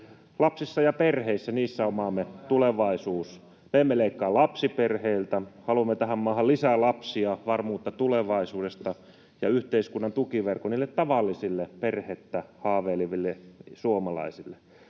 Lapsissa ja perheissä on maamme tulevaisuus. Me emme leikkaa lapsiperheiltä. Haluamme tähän maahan lisää lapsia, varmuutta tulevaisuudesta ja yhteiskunnan tukiverkot niille tavallisille perheestä haaveileville suomalaisille.